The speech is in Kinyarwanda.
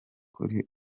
kuri